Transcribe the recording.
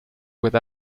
with